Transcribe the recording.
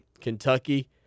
Kentucky